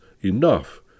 enough